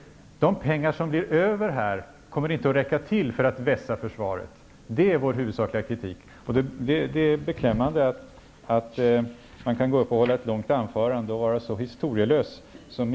De pengar som blir över kommer inte att räcka till för att vässa försvaret. Det är vår huvudsakliga kritik. Det är beklämmande att man kan gå upp och hålla ett långt anförande och vara så historielös som